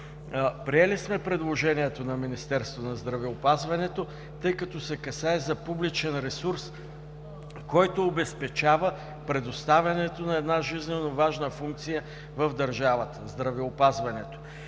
Приели сме предложението на Министерството на здравеопазването, тъй като се касае за публичен ресурс, който обезпечава предоставянето на една жизненоважна функция в държавата – здравеопазването.